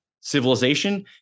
civilization